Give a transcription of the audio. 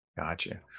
gotcha